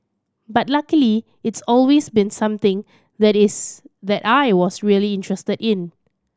but luckily it's always been something that is that I was really interested in